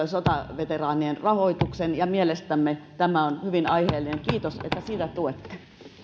sotaveteraanien rahoituksen ja mielestämme tämä on hyvin aiheellinen kiitos että sitä tuette